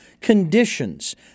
conditions